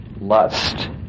lust